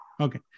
Okay